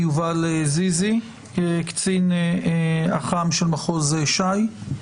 יציין גם את שמו וגם